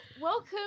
welcome